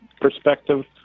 perspective